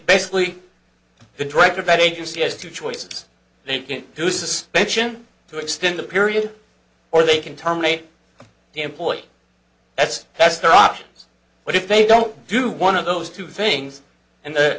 basically the director of agency has two choices they can do suspension to extend the period or they can terminate the employee that's that's their options but if they don't do one of those two things and the